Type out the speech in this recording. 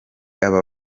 aba